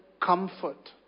comfort